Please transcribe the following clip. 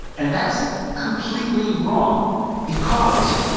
and that's completely wrong because,